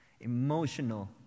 emotional